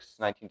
19